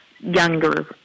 younger